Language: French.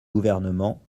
gouvernement